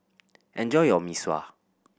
enjoy your Mee Sua